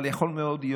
אבל יכול מאוד להיות.